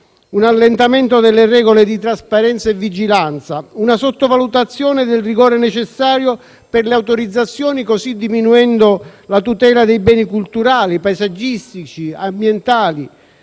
un allentamento delle regole di trasparenza e vigilanza, una sottovalutazione del rigore necessario per le autorizzazioni, così diminuendo la tutela dei beni culturali, paesaggistici e ambientali,